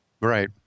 right